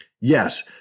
Yes